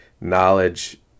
knowledge